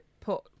put